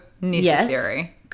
necessary